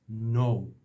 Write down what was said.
No